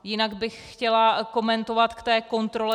Jinak bych chtěla komentovat k té kontrole.